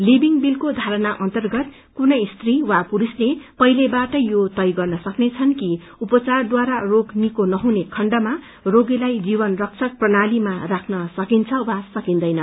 living बीलको धारणा अन्तर्गत कुनै स्त्री वा पुरुषले पहिलेबाटै यो तय गर्ने सक्नेछन् कि उपचारद्वारा रोग निको नहुने खण्डमा रोगीलाई जीवन रक्षक प्रणालीमा राख्न सकिन्छ वा सकिन्दैन